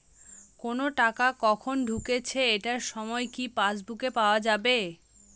কোনো টাকা কখন ঢুকেছে এটার সময় কি পাসবুকে পাওয়া যাবে?